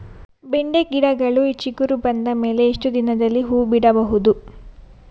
ಬೆಂಡೆ ಗಿಡಗಳು ಚಿಗುರು ಬಂದ ಮೇಲೆ ಎಷ್ಟು ದಿನದಲ್ಲಿ ಹೂ ಬಿಡಬಹುದು?